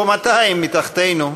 קומתיים מתחתינו,